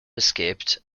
escaped